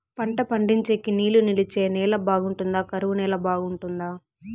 పంట పండించేకి నీళ్లు నిలిచే నేల బాగుంటుందా? కరువు నేల బాగుంటుందా?